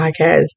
podcast